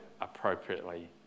appropriately